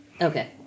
Okay